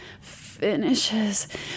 finishes